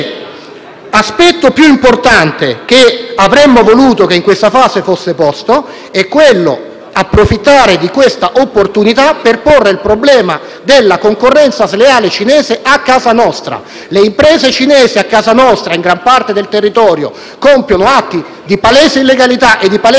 di questa opportunità per porre il problema della concorrenza sleale cinese a casa nostra. Le imprese cinesi a casa nostra, in gran parte del territorio, compiono atti di palese illegalità e di elusione ed evasione fiscale che la Guardia di finanza stima in un miliardo di euro nella sola zona di Prato.